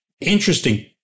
interesting